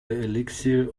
elixir